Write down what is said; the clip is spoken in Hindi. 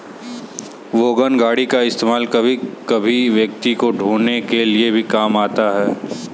वोगन गाड़ी का इस्तेमाल कभी कभी व्यक्ति को ढ़ोने के लिए भी काम आता है